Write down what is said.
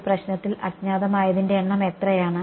ഈ പ്രശ്നത്തിൽ അജ്ഞാതമായതിന്റെ എണ്ണം എത്രയാണ്